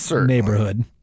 neighborhood